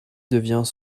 devient